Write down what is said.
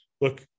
Look